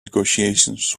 negotiations